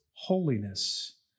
Holiness